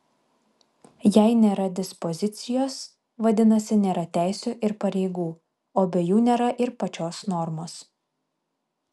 jei nėra dispozicijos vadinasi nėra teisių ir pareigų o be jų nėra ir pačios normos